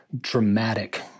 dramatic